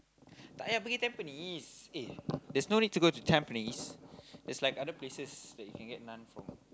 tak payah pergi Tampines eh there's no need to go Tampines there's like other places that you can get naan from